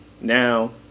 Now